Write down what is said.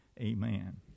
Amen